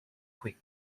creek